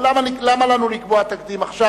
למה לנו לקבוע תקדים עכשיו?